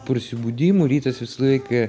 prasibudimu rytas visą laiką